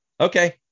Okay